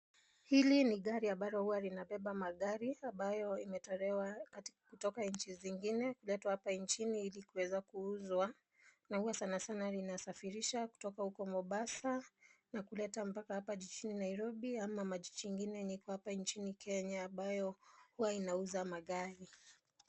Hili ni gari ambalo huwa linabeba magari ambayo imetolewa kutoka nchi zingine kuletwa hapa nchini ili kuweza kuuzwa na huwa sana sana zinasafirishwa kutoka huko Mombasa na kuleta mpaka hapa jijini Nairobi ama majiji ingine yenye iko hapa nchini Kenya ambayo huwa inauza magari.